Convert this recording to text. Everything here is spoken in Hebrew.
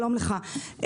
שלום לך,